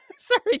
Sorry